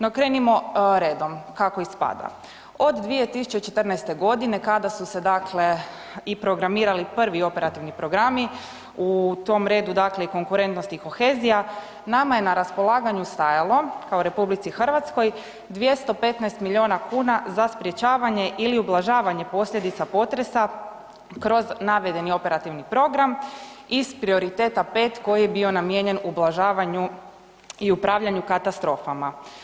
No krenimo redom kako i spada, od 2014.g. kada su se dakle i programirali prvi operativni programi u tom redu dakle i konkurentnosti i kohezija nama je na raspolaganju stajalo kao RH 215 milijuna kuna za sprječavanje ili ublažavanje posljedica potresa kroz navedeni operativni program iz prioriteta 5 koji je bio namijenjen ublažavanju i upravljanju katastrofama.